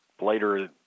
later